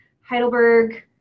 Heidelberg